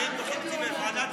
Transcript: בוועדת שרים.